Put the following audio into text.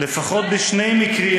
לפחות בשני מקרים,